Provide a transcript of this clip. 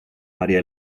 maría